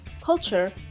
Culture